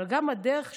אבל גם הדרך שלך,